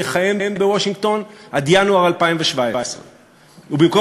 יכהן בוושינגטון עד ינואר 2017. ובמקום